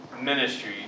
ministry